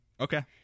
Okay